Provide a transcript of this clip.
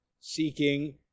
seeking